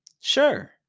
Sure